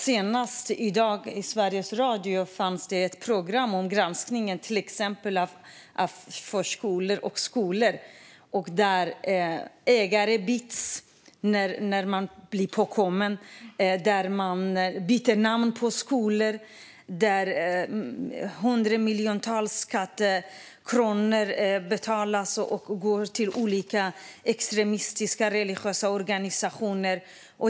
Senast i dag var det ett program i Sveriges Radio om granskningen av förskolor och skolor. Ägare byts ut när de blir påkomna, man byter namn på skolor och hundramiljontals skattekronor betalas ut och går till olika extremistiska och religiösa organisationer.